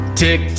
tick